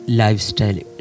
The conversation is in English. lifestyle